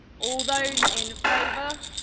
all those in favour?